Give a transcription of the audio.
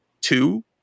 Two